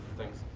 thanks.